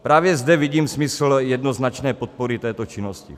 Právě zde vidím smysl jednoznačné podpory této činnosti.